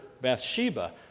Bathsheba